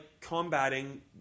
combating